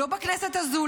לא בכנסת הזו,